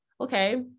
okay